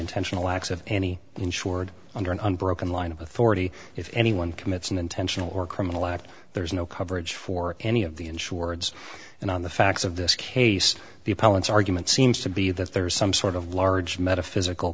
intentional acts of any insured under an unbroken line of authority if anyone commits an intentional or criminal act there's no coverage for any of the insureds and on the facts of this case the appellant's argument seems to be that there is some sort of large metaphysical